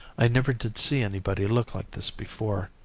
i never did see anybody look like this before.